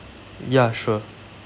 ya sure